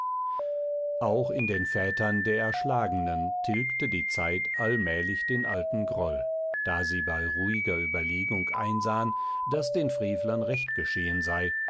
auch in den vätern der erschlagenen tilgte die zeit allmählich den alten groll da sie bei ruhiger überlegung einsahen daß den frevlern recht geschehen sei